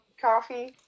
coffee